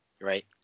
Right